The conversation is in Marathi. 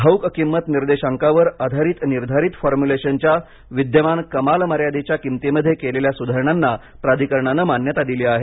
घाऊक किंमत निर्देशांकावर आधारित निर्धारित फॉर्म्युलेशनच्या विद्यमान कमाल मर्यादेच्या किमतींमध्ये केलेल्या सुधारणांना प्राधिकरणाने मान्यता दिली आहे